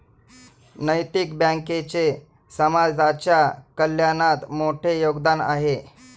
नैतिक बँकेचे समाजाच्या कल्याणात मोठे योगदान आहे